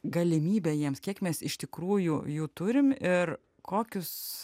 galimybę jiems kiek mes iš tikrųjų jų turim ir kokius